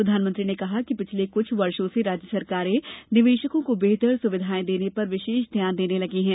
प्रधानमंत्री ने कहा है कि पिछले कुछ वर्षो से राज्य सरकारें निवेशकों को बेहतर सुविधायें देने पर विशेष ध्यान देने लगी हैं